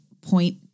point